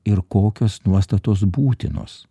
ir kokios nuostatos būtinos